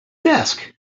desk